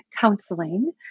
counseling